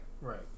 Right